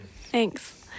Thanks